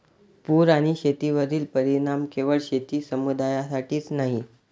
पूर आणि शेतीवरील परिणाम केवळ शेती समुदायासाठीच नाही